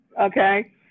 okay